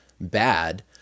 bad